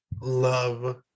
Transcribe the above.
love